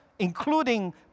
including